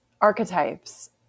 archetypes